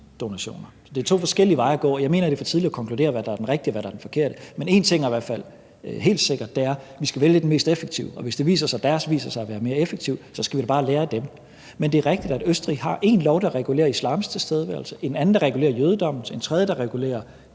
donationer. Det er to forskellige veje at gå, og jeg mener, det er for tidligt at konkludere, hvad der er den rigtige, og hvad der er den forkerte. Men én ting er i hvert fald helt sikker, og det er, at vi skal vælge den mest effektive, og hvis deres viser sig at være mere effektiv, skal vi da bare lære af dem. Men det er rigtigt, at Østrig har én lov, der regulerer islams tilstedeværelse, en anden, der regulerer jødedommens, en tredje, der regulerer